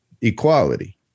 equality